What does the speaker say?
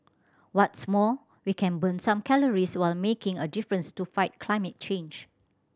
what's more we can burn some calories while making a difference to fight climate change